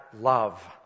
love